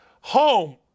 home